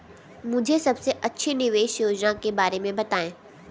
मुझे सबसे अच्छी निवेश योजना के बारे में बताएँ?